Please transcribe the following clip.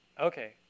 Okay